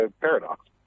paradox